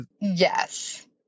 Yes